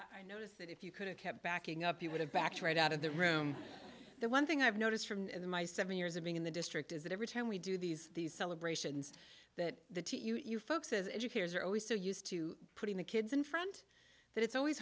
god i noticed that if you could've kept backing up you would have backed right out of the room the one thing i've noticed from my seven years of being in the district is that every time we do these these celebrations that the you folks as educators are always so used to putting the kids in front that it's always